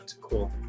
Cool